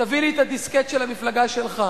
תביא לי את הדיסקט של המפלגה שלך.